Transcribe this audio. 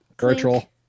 virtual